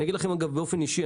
אני אגיד לכם באופן אישי.